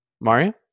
Mario